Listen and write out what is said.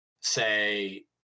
say